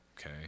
Okay